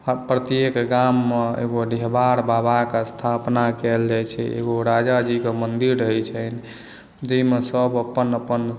प्रत्येक गाँवमे एगो डिहवार बाबाके स्थापना कयल जाइ छै ओ राजाजीक मन्दिर रहै छनि जाहिमे सभ अपन अपन